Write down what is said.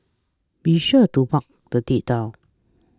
be sure to mark the date down